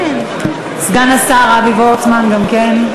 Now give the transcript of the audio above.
סגן השר אבי וורצמן גם כן.